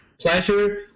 pleasure